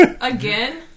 Again